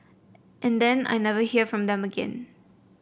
and then I never hear from them again